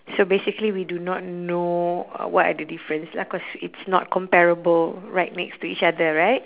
so basically we do not know uh what are the difference lah cause it's not comparable right next to each other right